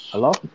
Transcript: Hello